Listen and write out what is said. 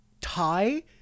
tie